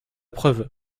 preuve